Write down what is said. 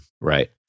right